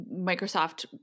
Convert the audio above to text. Microsoft